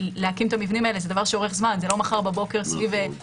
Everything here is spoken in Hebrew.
להקים את המבנים האלה זה דבר שאורך זמן זה לא מחר בבוקר תקנו